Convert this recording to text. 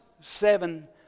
seven